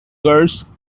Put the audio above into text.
girls